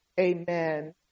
Amen